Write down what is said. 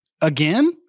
again